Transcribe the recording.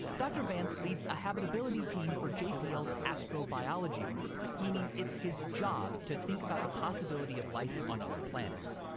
dr. vance leads a habitability team for jpl's astrobiology group, meaning it's his job to think about the possibility of life on other planets.